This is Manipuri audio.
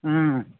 ꯎꯝ